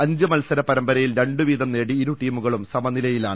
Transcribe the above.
അഞ്ച് മത്സര പരമ്പരയിൽ രണ്ടുവീതം നേടി ഇരുടീമുകളും സമനിലയിലാണ്